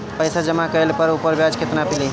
पइसा जमा कइले पर ऊपर ब्याज केतना मिली?